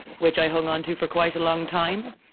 which i hung on to for quite a long time.